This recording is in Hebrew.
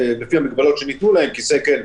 לפי המגבלות שניתנו להם כיסא כן,